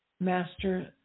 Master